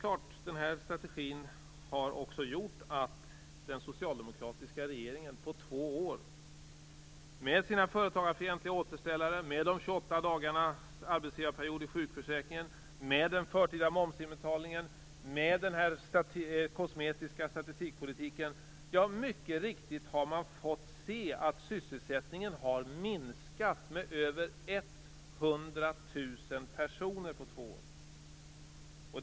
Men den här strategin har gjort att den socialdemokratiska regeringen - med sina företagarfientliga återställare, med de 28 dagarnas arbetsgivarperiod i sjukförsäkringen, med den förtida momsinbetalningen, med den kosmetiska statistikpolitiken - mycket riktigt har fått se att sysselsättningen har minskat med över 100 000 personer på två år.